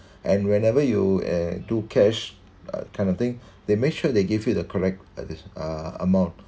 and whenever you eh do cash uh kind of thing they make sure they give you the correct uh amount